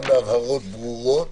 גם בהבהרות ברורות.